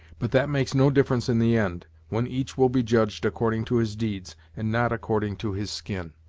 but that makes no difference in the end, when each will be judged according to his deeds, and not according to his skin.